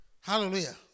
Hallelujah